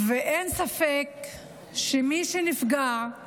אין ספק שמי שנפגעים